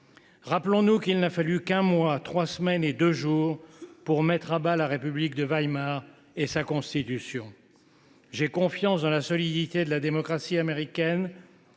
Rappelons nous qu’il n’a fallu qu’un mois, trois semaines et deux jours pour mettre à bas la République de Weimar et sa constitution. J’ai confiance dans la solidité de la démocratie américaine